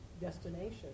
destination